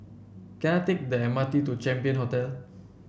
can I take the M R T to Champion Hotel